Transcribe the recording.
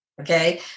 Okay